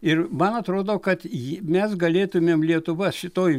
ir man atrodo kad jį mes galėtumėm lietuva šitoj